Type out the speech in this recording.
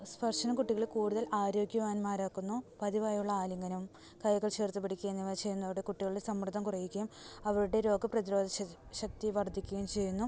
സ്പർശനം കുട്ടികളെ കൂടുതൽ ആരോഗ്യവാന്മാരാക്കുന്നു പതിവായുള്ള ആലിംഗനം കൈകൾ ചേർത്ത് പിടിക്കുക എന്നിവ ചെയ്യുന്നതോടെ കുട്ടികളുടെ സമ്മർദ്ദം കുറയ്ക്കും അവരുടെ രോഗപ്രതിരോധ ശക്തി വർധിക്കുകയും ചെയ്യുന്നു